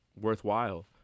worthwhile